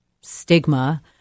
stigma